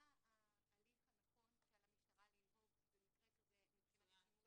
מה ההליך הנכון שעל המשטרה לנהוג מבחינת הצילומים?